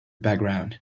background